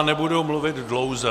Nebudu mluvit dlouze.